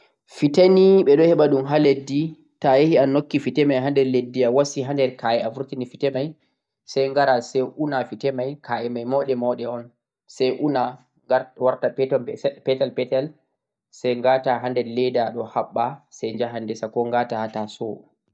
Fete koh manda nii ɓeɗun heɓaɗun ha nder leddi koh ha nder ka'e. Ta'a heɓe sai una, sheɗa ndenboo sai kaɓɓa ha leeda